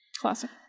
Classic